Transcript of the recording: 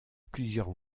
plusieurs